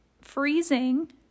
freezing